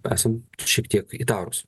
esam šiek tiek įtarūs